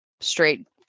straight